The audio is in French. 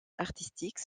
artistiques